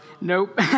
Nope